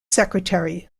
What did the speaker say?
secretary